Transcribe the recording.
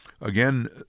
Again